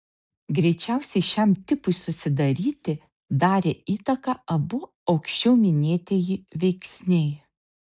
greičiausiai šiam tipui susidaryti darė įtaką abu aukščiau minėtieji veiksniai